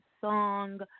Song